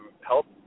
help